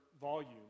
volume